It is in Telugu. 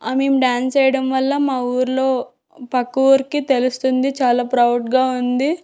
మేము డ్యాన్స్ వేయడం వల్ల మా ఊళ్ళో పక్క ఊరికి తెలుస్తుంది చాలా ప్రౌడ్గా ఉంది